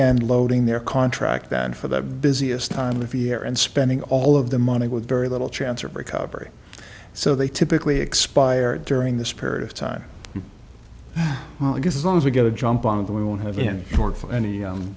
and loading their contract and for the busiest time of year and spending all of the money with very little chance of recovery so they typically expire during this period of time well i guess as long as we get a jump on it we won't have